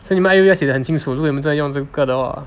所以你们 I_O_U 要写的很清楚是你们在用这个